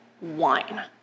wine